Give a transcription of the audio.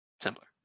simpler